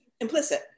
implicit